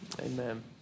amen